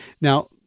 Now